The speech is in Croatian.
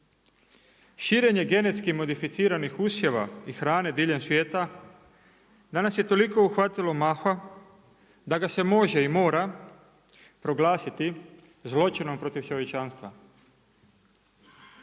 „Širenje genetskih modificiranih usjeva i hrane diljem svijeta danas je toliko uhvatilo maha da ga se može i proglasiti zločinom protiv čovječanstva.“